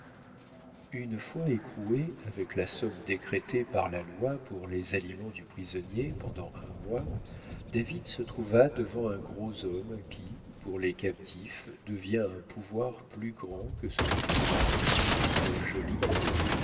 une fois écroué avec la somme décrétée par la loi pour les aliments du prisonnier pendant un mois david se trouva devant un gros homme qui pour les captifs devient un pouvoir plus grand que celui du roi le geôlier